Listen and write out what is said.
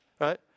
Right